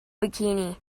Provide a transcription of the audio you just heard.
bikini